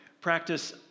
practice